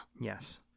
Yes